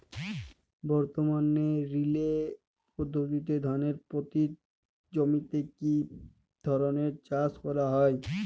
বর্তমানে রিলে পদ্ধতিতে ধানের পতিত জমিতে কী ধরনের চাষ করা হয়?